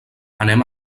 anem